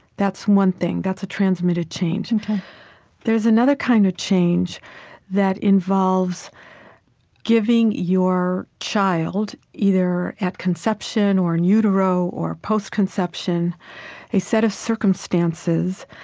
that's one thing. that's a transmitted change there's another kind of change that involves giving your child either at conception or in utero or post-conception a set of circumstances,